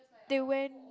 they went